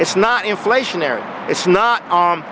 it's not inflationary it's not